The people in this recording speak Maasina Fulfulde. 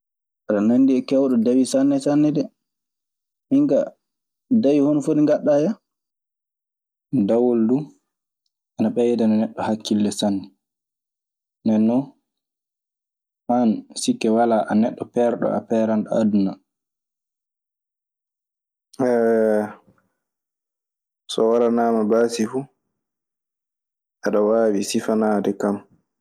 "Aɗe nanndi e keewɗo dawi sanne sanne dee. Min kaa, dawi hono foti ngaɗɗaa ya? Dawol duu ana ɓeydana neɗɗo hakkille sanne. Nden non an sikke walaa, a neɗɗo peerɗo. A peeranɗo aduna." so walana ma baasi fu, aɗa waawi sifanaade kam.